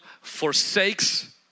forsakes